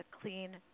clean